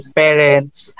parents